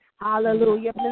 Hallelujah